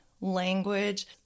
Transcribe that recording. language